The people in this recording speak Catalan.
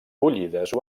bullides